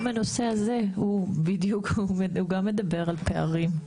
גם הנושא הזה מדבר על פערים.